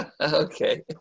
okay